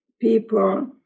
people